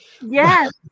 yes